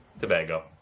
Tobago